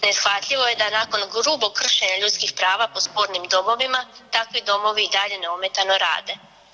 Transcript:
Neshvatljivo je da nakon grubog kršenja ljudskih prava po spornim domovima takvi domovi i dalje neometano rade.